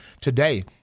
today